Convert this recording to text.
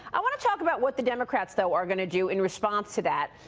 i want to talk about what the democrats though are going to do in response to that.